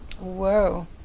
Whoa